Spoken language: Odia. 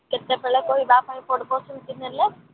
କେତେବେଳେ କହିବା ପାଇଁ ପଡ଼ିବ ସେମିତି ନେଲେ